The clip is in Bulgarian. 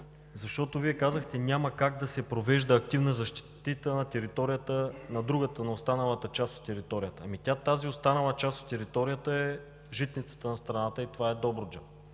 защото казахте: няма как да се провежда активна защита на територията на другата, на останалата част от територията. Ами, тя тази останала част от територията, е житницата на страната и това е Добруджа.